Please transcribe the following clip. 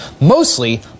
mostly